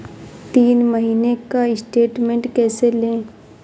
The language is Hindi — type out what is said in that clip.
तीन महीने का स्टेटमेंट कैसे लें?